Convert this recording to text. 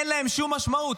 אין להם שום משמעות,